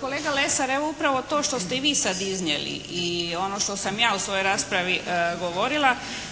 kolega Lesar, evo upravo to što ste i vi sad iznijeli i ono što sam ja u svojoj raspravi govorila